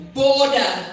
border